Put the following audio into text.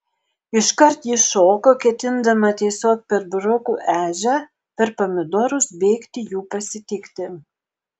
iškart ji šoko ketindama tiesiog per burokų ežią per pomidorus bėgti jų pasitikti